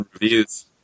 reviews